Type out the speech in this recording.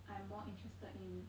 I'm more interested in